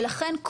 ולכן,